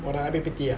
我的 I_P_P_T ah